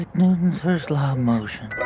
newton's law of motion.